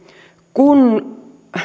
kun